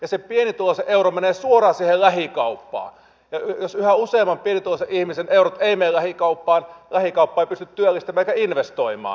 ja se pienituloisen euro menee suoraan siihen lähikauppaan ja jos yhä useamman pienituloisen ihmisen eurot eivät mene lähikauppaan lähikauppa ei pysty työllistämään eikä investoimaan